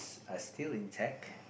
are still intact